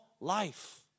life